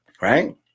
Right